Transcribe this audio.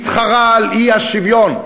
מתחרה על האי-שוויון,